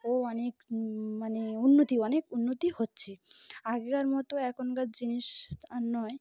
ও অনেক মানে উন্নতি অনেক উন্নতি হচ্ছে আগেকার মতো এখনকার জিনিস আর নয়